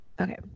Okay